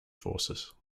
forces